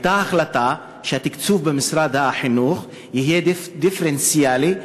הייתה החלטה שהתקצוב במשרד החינוך יהיה דיפרנציאלי,